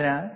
അതിനാൽ